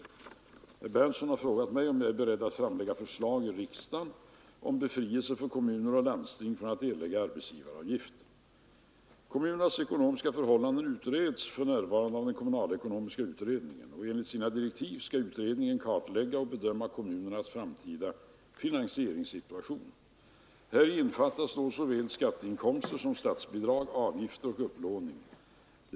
Herr Berndtson har också frågat mig om jag är beredd att framlägga förslag i riksdagen om befrielse för kommuner och landsting från att erlägga arbetsgivaravgift. Kommunernas ekonomiska förhållanden utreds för närvarande av den kommunalekonomiska utredningen. Enligt sina direktiv skall utredningen bl.a. kartlägga och bedöma kommunernas framtida finansieringssituation. Häri innefattas då såväl skatteinkomster som statsbidrag, avgifter 45 ekonomiska trycket på kommuner och landsting och upplåning.